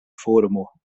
formo